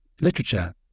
literature